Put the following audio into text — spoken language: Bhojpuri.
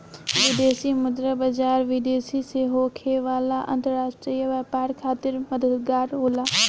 विदेशी मुद्रा बाजार, विदेश से होखे वाला अंतरराष्ट्रीय व्यापार खातिर मददगार होला